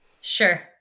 Sure